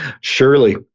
Surely